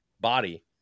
body